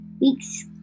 Weeks